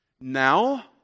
now